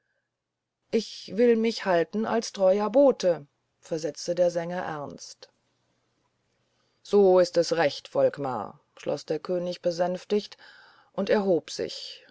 ich will mich halten als ein treuer bote versetzte der sänger ernst so ist es recht volkmar schloß der könig besänftigt und erhob sich